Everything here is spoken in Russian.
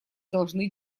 должны